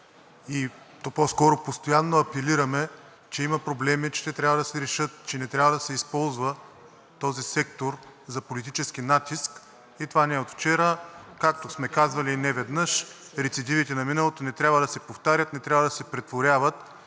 и по-скоро постоянно апелираме, че има проблеми, че те трябва да се решат, че не трябва да се използва този сектор за политически натиск и това не е от вчера. Както сме казвали неведнъж, рецидивите на миналото не трябва да се повтарят, не трябва да се претворяват